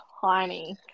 tiny